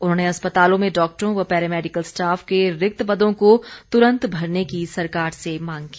उन्होंने अस्पतालों में डॉक्टरों व पैरा मेडिकल स्टाफ के रिक्त पदों को तुरंत भरने की सरकार से मांग की